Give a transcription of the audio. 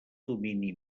domini